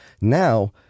now